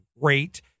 great